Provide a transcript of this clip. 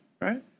right